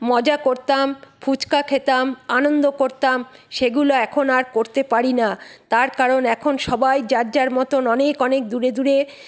মজা করতাম ফুচকা খেতাম আনন্দ করতাম সেগুলো এখন আর করতে পারি না তার কারণ এখন সবাই যার যার মতো অনেক অনেক দূরে দূরে